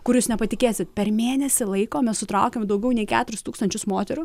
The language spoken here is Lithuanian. kur jūs nepatikėsit per mėnesį laiko mes sutraukėm daugiau nei keturis tūkstančius moterų